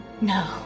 No